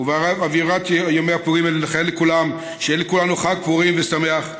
ובאווירת ימי הפורים נאחל לכולם שיהיה לכולנו חג פורים שמח.